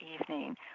evening